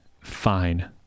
fine